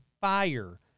fire